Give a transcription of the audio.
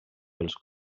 pels